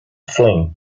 fling